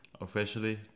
officially